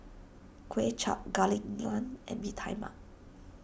Kuay Chap Garlic Naan and Bee Tai Mak